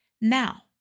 Now